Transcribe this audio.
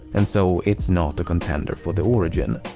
and so it's not a contender for the origin.